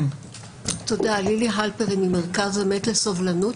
אני ממרכז אמת לסובלנות.